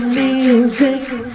music